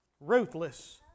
ruthless